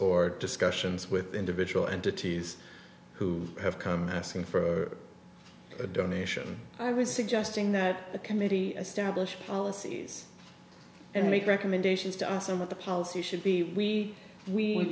or discussions with individual entities who have come asking for a donation i was suggesting that the committee establish policies and make recommendations to us and what the policy should be we we